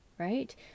Right